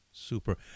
Super